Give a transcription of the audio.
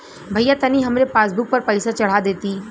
भईया तनि हमरे पासबुक पर पैसा चढ़ा देती